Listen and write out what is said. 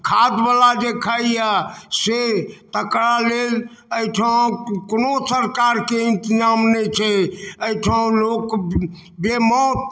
खाद बला जे खाइया से तकरा लेल एहिठाँ कोनो सरकारके इंतजाम नहि छै एहिठाँ लोक बेमौत